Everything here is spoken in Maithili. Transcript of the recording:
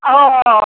हँ